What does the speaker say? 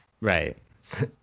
Right